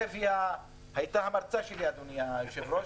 אדוני היושב-ראש,